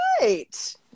right